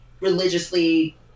religiously